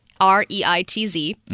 R-E-I-T-Z